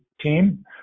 team